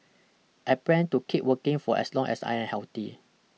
I plan to keep working for as long as I am healthy